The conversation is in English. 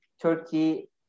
Turkey